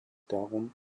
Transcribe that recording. darum